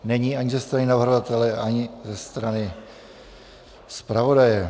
Není ani ze strany navrhovatele, ani ze strany zpravodaje.